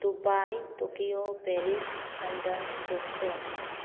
Dubai Tokyo Paris London Boston